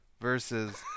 versus